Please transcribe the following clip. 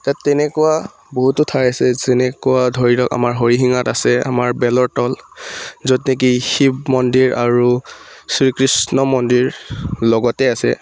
তেনেকুৱা বহুতো ঠাই আছে যেনেকুৱা ধৰি লওক আমাৰ হৰিশিঙাত আছে আমাৰ বেলৰ তল য'ত নেকি শিৱ মন্দিৰ আৰু শ্ৰীকৃষ্ণ মন্দিৰ লগতে আছে